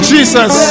Jesus